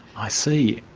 i see,